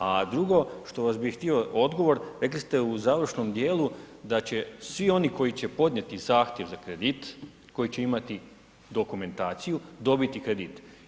A drugo što vas bi htio odgovor, rekli ste u završnoj djelu da će svi oni koji će podnijeti zahtjev za kredit, koji će imati dokumentaciju, dobiti krediti.